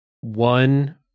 one